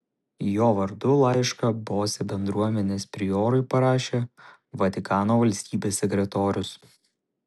jo vardu laišką bose bendruomenės priorui parašė vatikano valstybės sekretorius